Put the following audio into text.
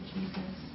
Jesus